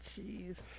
Jeez